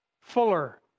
Fuller